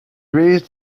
raised